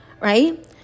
Right